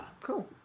Cool